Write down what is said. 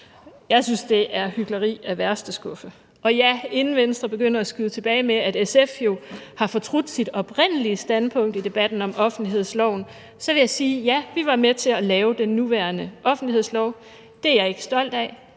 Jeg synes, det er hykleri af værste skuffe, og inden Venstre begynder at skyde tilbage med, at SF jo har fortrudt sit oprindelige standpunkt i debatten om offentlighedsloven, så vil jeg sige, at ja, vi var med til at lave den nuværende offentlighedslov. Det er jeg ikke stolt af,